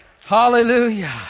Hallelujah